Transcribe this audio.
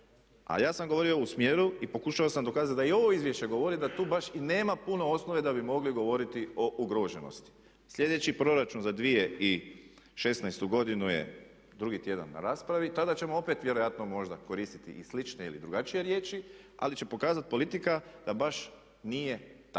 A ja sam govorio u smjeru i pokušao sam dokazati da i ovo izvješće govori da tu baš i nema puno osnove da bi mogli govoriti o ugroženosti. Sljedeći proračun za 2016. godinu je drugi tjedan na raspravi i tada ćemo opet vjerojatno možda koristiti i slične ili drugačije riječi ali će pokazati politika da baš nije tako.